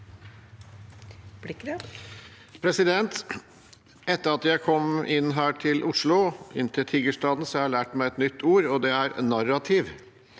Etter at jeg kom inn hit til Oslo, inn til Tigerstaden, har jeg lært meg et nytt ord, og det er «narrativ».